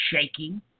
shaking